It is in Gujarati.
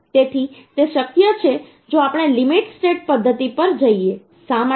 તેથી તે શક્ય છે જો આપણે લિમિટ સ્ટેટ પદ્ધતિ પર જઈએ શા માટે